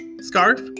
Scarf